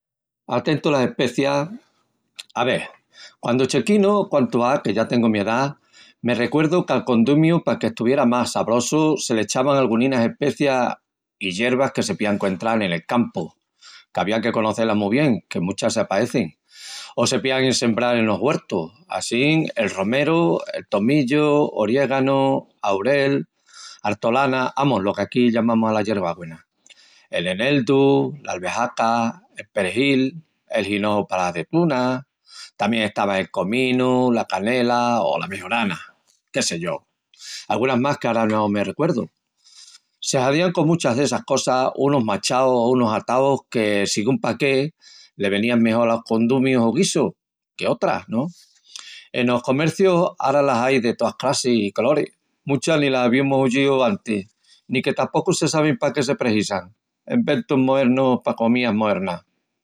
A tentu las especias. A vel, quandu chequinu, quantu á, que ya tengu mi edá, me recuerdu qu’al condumiu pa qu’estuviera más sabrosu, se l’echavan alguninas especias i yervas que se pían encuentral en el campu. Avía que conocé-las mu bien, que muchas s’apaecin, o se pían sembral enos güertus: assín, el romeru, el tomillu, oriéganu, aurel, artolana, amus lo qu’aquí llamamus ala yervagüena, l’eneldu, l’albehaca, el perejil, el hinoju palas azetunas; tamién estavan el cominu, la canela o la mejorana… Qué sé yo! Algunas más qu’ara no me recuerdu! Se hazían con muchas d’essas cosas unus machaus o unus ataus que, sigún pa qué, le venían mejol alos condumius o guisus que otras. Enos comercius ara las ai de toas crassis i coloris, muchas ni las uvimus oyíu antis, ni que tapocu se sabin pa qué se prehisan. Inventus moernus pa comías moernas.